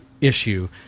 issue